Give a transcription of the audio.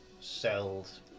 sells